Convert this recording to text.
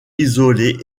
isolée